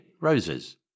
roses